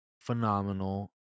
phenomenal